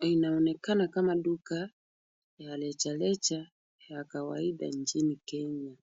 inaonekana kama duka ya rejareja ya kawaida nchini Kenya.